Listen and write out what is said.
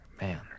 Man